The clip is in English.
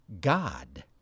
God